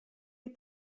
est